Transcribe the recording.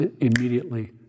immediately